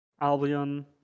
Albion